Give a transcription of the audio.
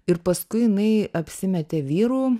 ir paskui jinai apsimetė vyru